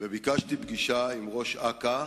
וביקשתי פגישה עם ראש אכ"א,